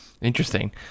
Interesting